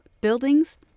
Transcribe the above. buildings